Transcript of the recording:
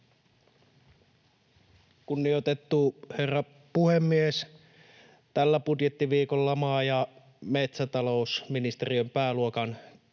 Kunnioitettu herra puhemies! Tällä budjettiviikolla maa- ja metsätalousministeriön pääluokan